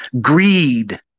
Greed